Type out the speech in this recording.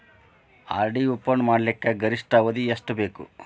RD open ಮಾಡಲಿಕ್ಕ ಗರಿಷ್ಠ ಅವಧಿ ಎಷ್ಟ ಬೇಕು?